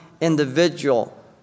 individual